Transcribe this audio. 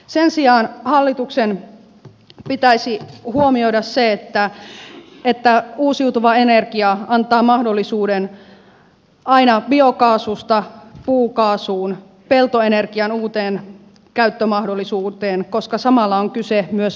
sen sijaan hallituksen pitäisi huomioida se että uusiutuva energia antaa mahdollisuuden aina biokaasusta puukaasuun peltoenergian uuteen käyttömahdollisuuteen koska samalla on kyse myös valkuaisomavaraisuudesta